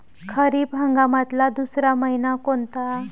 खरीप हंगामातला दुसरा मइना कोनता?